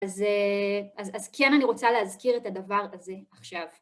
אז כן, אני רוצה להזכיר את הדבר הזה עכשיו.